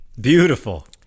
Beautiful